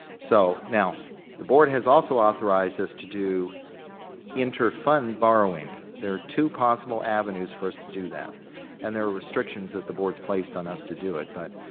so, now the board has also authorized us to do interfund borrowing. there are two possible avenues for us to do that and there are restrictions that the board's placed on us to do it but,